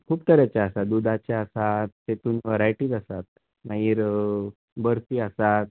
खूब तरेचे आसा दुधाचे आसात तेतुन वरायटीज आसात मागीर बर्फी आसात